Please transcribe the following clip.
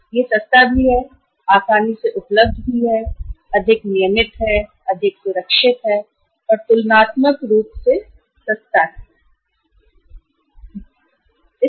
यह सस्ता भी है आसानी से उपलब्ध भी है अधिक नियमित है अधिक सुरक्षित है और तुलनात्मक रूप से वित्त का सस्ता स्रोत है